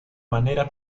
manera